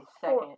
second